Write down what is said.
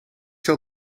zal